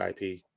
IP